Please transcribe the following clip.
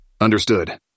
Understood